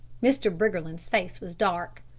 mr. briggerland's face was dark.